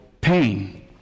pain